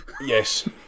Yes